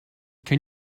can